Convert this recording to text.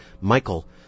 Michael